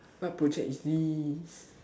what project is this